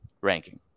ranking